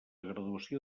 graduació